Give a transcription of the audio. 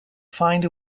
find